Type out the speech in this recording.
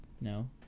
No